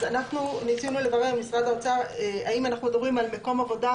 אז אנחנו ניסינו לברר עם משרד האוצר: אם אנחנו מדברים על מקום עבודה,